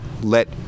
let